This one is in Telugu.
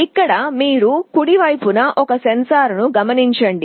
ఇక్కడ మీరు కుడి వైపున ఒక సెన్సార్ను కనుగొంటారు